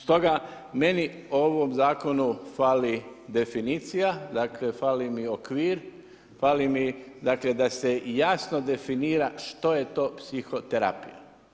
Stoga meni u ovom zakonu fali definicija, dakle fali mi okvir, fali mi dakle da se jasno definira što je to psihoterapija.